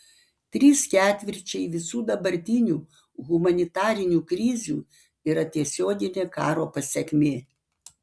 trys ketvirčiai visų dabartinių humanitarinių krizių yra tiesioginė karo pasekmė